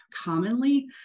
commonly